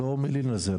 לא מלין על זה,